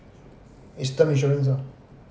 is term insurance ah